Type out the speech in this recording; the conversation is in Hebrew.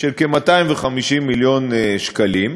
סכום של כ-250 מיליון שקלים.